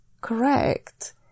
correct